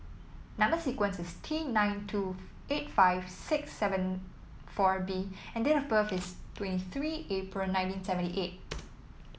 number sequence is T nine two eight five six seven four B and date of birth is twenty three April nineteen seventy eightth